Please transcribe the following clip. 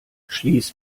schließ